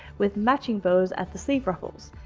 with matching bows at the sleeve ruffles.